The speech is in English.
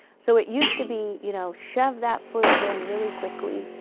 so it used to be, you know, shove that fluid in really quickly.